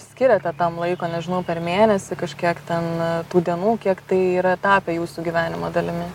skiriate tam laiko nežinau per mėnesį kažkiek ten tų dienų kiek tai yra tapę jūsų gyvenimo dalimi